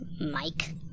Mike